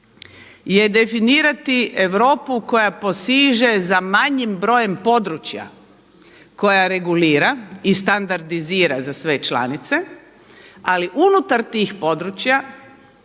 je definirati Europu koja posiže za manjim brojem područja koja regulira i standardizira za sve članice ali unutar tih područja